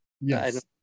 Yes